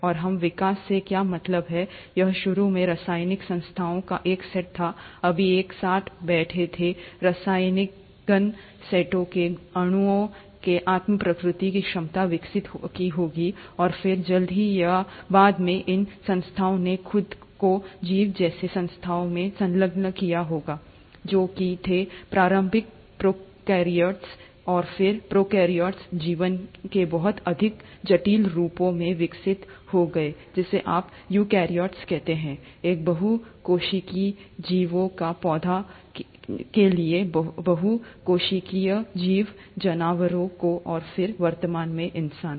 और हम विकास से क्या मतलब है यह शुरू में रासायनिक संस्थाओं का एक सेट था सभी एक साथ बैठे थे रासायनिकइन सेटों ने अणुओं के आत्म प्रतिकृति की क्षमता विकसित की होगी और फिर जल्द ही या बाद में इन संस्थाओं ने खुद को जीव जैसी संस्थाओं में संलग्न किया होगा जो कि थे प्रारंभिक प्रोकैरियोट्स और फिर प्रोकैरियोट्स जीवन के बहुत अधिक जटिल रूपों में विकसित हो गए जिसे आप यूकेरियोट्स कहते हैं एक बहु कोशिकीय जीवों को पौधों के लिए एक बहु कोशिकीय जीव जानवरों को और फिर वर्तमान में इंसान